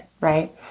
right